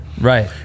Right